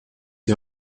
die